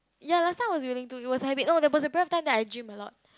ya last time I was willing to it was having oh there was a time where I gym a lot